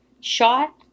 shot